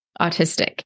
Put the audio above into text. autistic